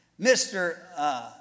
Mr